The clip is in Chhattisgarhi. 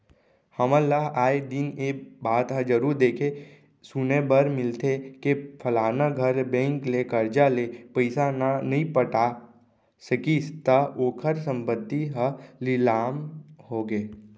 हमन ल आय दिन ए बात ह जरुर देखे सुने बर मिलथे के फलाना घर बेंक ले करजा ले पइसा न नइ पटा सकिस त ओखर संपत्ति ह लिलाम होगे